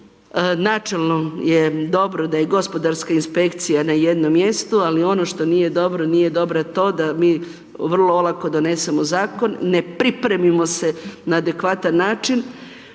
načelno je dobro da je gospodarska inspekcija na jednom mjestu, ali ono što nije dobro nije dobro to da mi vrlo olako donesemo zakon, ne pripremimo se na adekvatan način,